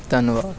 ਧੰਨਵਾਦ